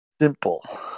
Simple